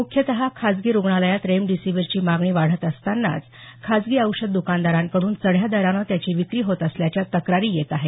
मुख्यत खाजगी रुग्णालयात रेमडीसीवीरची मागणी वाढत असतांनाच खाजगी औषध दकानदारांकडून चढ्या दरानं त्याची विक्री होत असल्याच्या तक्रारी येत आहेत